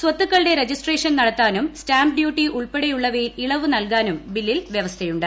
സ്വത്തുക്കളുടെ registration നടത്താനും stamp duty ഉൾപ്പെടെയുള്ളവയിൽ ഇളവ് നൽകാനും ബില്ലിൽ വ്യവസ്ഥയുണ്ട്